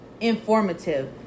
informative